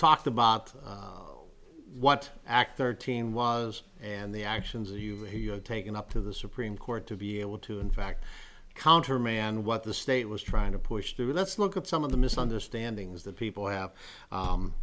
talked about what act thirteen was and the actions taken up to the supreme court to be able to in fact countermand what the state was trying to push through let's look at some of the misunderstandings that people have